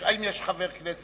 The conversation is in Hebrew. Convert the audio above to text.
האם יש חבר כנסת,